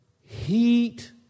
heat